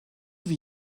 wie